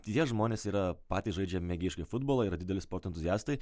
tai tie žmonės yra patys žaidžia mėgėjiškai futbolą yra dideli sporto entuziastai